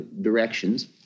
directions